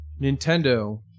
Nintendo